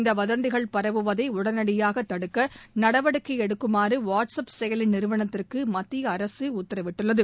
இந்த வதந்திகள் பரவுவதை உடனடியாக தடுக்க நடவடிக்கை எடுக்குமாறு வாட்ஸ்அப் செயலி நிறுவனத்திற்கு மத்திய அரசு உத்தரவிட்டுள்ளது